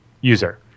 user